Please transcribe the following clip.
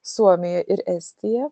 suomija ir estija